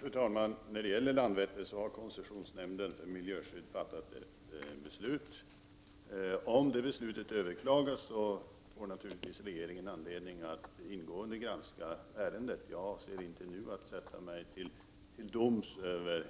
Fru talman! När det gäller Landvetter har koncessionsnämnden för miljöskydd fattat ett beslut. Om det beslutet överklagas får regeringen naturligtvis anledning att ingående granska ärendet. Jag avser inte att nu sätta mig till doms över